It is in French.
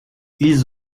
ils